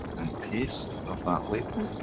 and paste of that label.